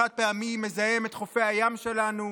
החד-פעמי מזהם את חופי הים שלנו,